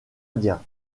indien